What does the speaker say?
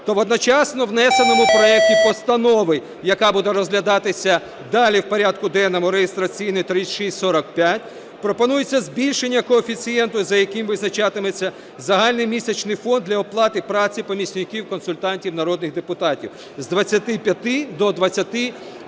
то одночасно у внесеному проекті постанови, яка буде розглядатися далі в порядку денному (реєстраційний 3645), пропонується збільшення коефіцієнту, за яким визначатиметься загальний місячний фонд для оплати праці помічників-консультантів народних депутатів з 25 до 29,2 прожиткових